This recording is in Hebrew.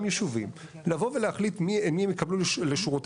ישובים לבוא ולהחליט את מי הם יקבלו לשורותיהם.